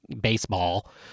baseball